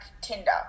Tinder